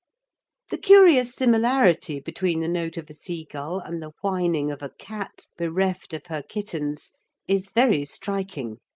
the curious similarity between the note of a seagull and the whining of a cat bereft of her kittens is very striking,